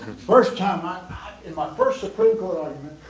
first time ah in my first supreme court argument,